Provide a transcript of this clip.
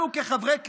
אנחנו כחברי כנסת,